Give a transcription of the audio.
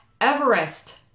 Everest